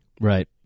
Right